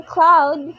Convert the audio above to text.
Cloud